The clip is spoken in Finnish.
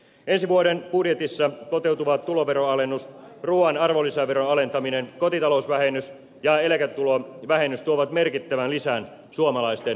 ensi vuoden budjetissa toteutettavat tuloveronalennus ruuan arvonlisäveron alentaminen kotitalousvähennys ja eläketulovähennys tuovat merkittävän lisän suomalaisten ostovoimaan